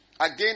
again